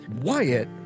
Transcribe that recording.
Wyatt